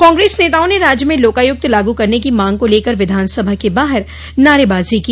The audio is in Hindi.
कांग्रेस नेताओं ने राज्य में लोकायुक्त लागू करने की मांग को लेकर विधानसभा के बाहर नारेबाजी की